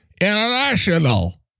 International